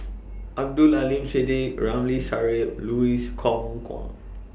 Abdul Aleem Siddique Ramli Sarip Louis Kok Kwang